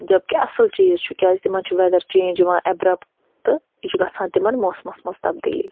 جب کہ اَصٕل چیٖز چھُ تِکیٛازِ تِمَن چھُ وٮ۪دَر چینج یِوان اٮ۪برَپٹ تہٕ یہِ چھُ گژھان تِمَن موسمَس منٛز تبدیٖلی